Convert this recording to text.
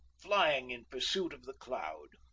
flying in pursuit of the cloud.